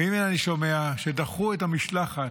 והינה אני שומע שדחו את המשלחת.